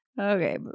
Okay